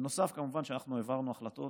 בנוסף, כמובן שאנחנו העברנו החלטות